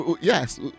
Yes